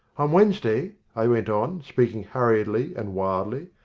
on wednesday, i went on, speaking hurriedly and wildly,